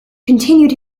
continued